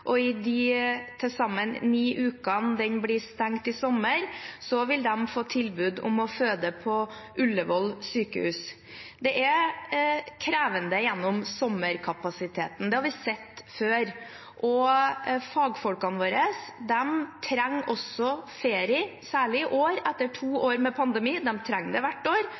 og i de til sammen ni ukene den blir stengt i sommer, vil de få tilbud om å føde på Ullevål sykehus. Det er krevende med kapasiteten gjennom sommeren. Det har vi sett før. Og fagfolkene våre trenger også ferie, særlig i år – etter to år med pandemi. De trenger det hvert år.